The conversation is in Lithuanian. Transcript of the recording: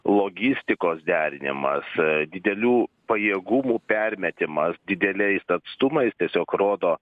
logistikos derinimas didelių pajėgumų permetimas dideliais atstumais tiesiog rodo